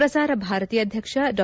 ಪ್ರಸಾರ ಭಾರತಿ ಅಧ್ಯಕ್ಷ ಡಾ